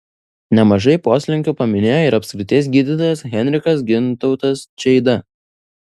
nemažai poslinkių paminėjo ir apskrities gydytojas henrikas gintautas čeida